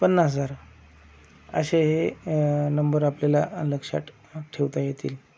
पन्नास हजार असे हे नंबर आपल्याला लक्षात ठेवता येतील